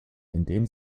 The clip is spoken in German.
indem